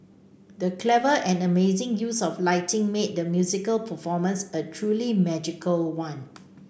the clever and amazing use of lighting made the musical performance a truly magical one